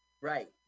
right